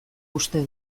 uste